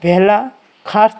વહેલાં ખાસ